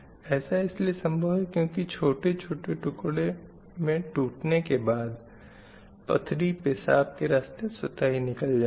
ऐसा इसलिए सम्भव है क्यूँकि छोटे छोटे टुकड़ों में टूटने के बाद पथरी पेशाब के रास्ते स्वतः ही निकल जाती है